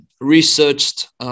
researched